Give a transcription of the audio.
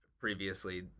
previously